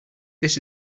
this